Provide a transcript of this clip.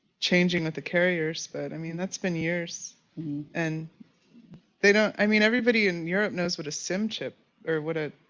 changing with the carriers but, i mean, that's been years and they don't, i mean, everybody in europe knows what a sim chip or would it,